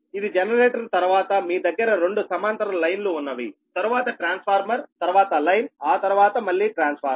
ఇది జనరేటర్ తర్వాత మీ దగ్గర రెండు సమాంతర లైన్లు ఉన్నవి తరువాత ట్రాన్స్ఫార్మర్తర్వాత లైన్ ఆ తర్వాత మళ్లీ ట్రాన్స్ఫార్మర్